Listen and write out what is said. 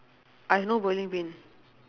I have no bowling pin